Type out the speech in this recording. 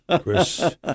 Chris